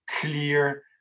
clear